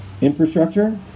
infrastructure